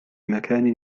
مكان